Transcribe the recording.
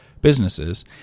businesses